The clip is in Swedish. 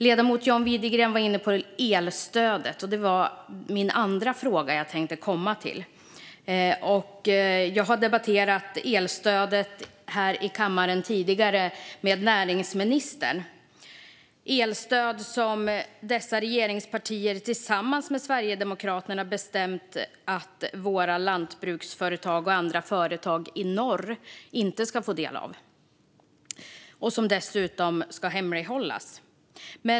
Ledamoten John Widegren var inne på elstödet, och det var den andra fråga jag tänkte komma till. Jag har tidigare debatterat elstödet med näringsministern här i kammaren. Det är ett elstöd som regeringspartierna tillsammans med Sverigedemokraterna har bestämt att våra lantbruksföretag och andra företag i norr inte ska få del av, och det ska dessutom hemlighållas.